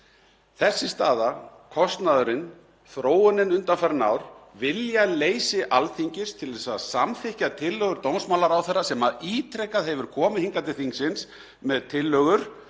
Þessi staða, kostnaðurinn, þróunin undanfarin ár, viljaleysi Alþingis til að samþykkja tillögur dómsmálaráðherra sem hefur ítrekað komið hingað til þingsins með tillögur